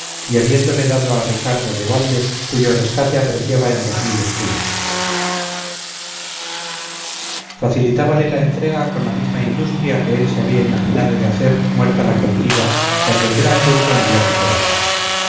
y habiéndole dado a ricardo de balde cuyo rescate apreciaba en dos mil escudos facilitábale la entrega con la misma industria que él se había imaginado de hacer muerta la cautiva cuando el gran turco enviase por ella